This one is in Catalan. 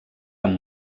amb